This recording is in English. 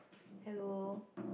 hello